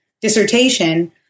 dissertation